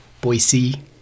Boise